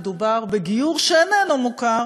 מדובר בגיור שאיננו מוכר